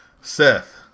seth